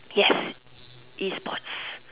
yes E sport